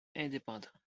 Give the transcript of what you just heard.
indépendants